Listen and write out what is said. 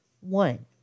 One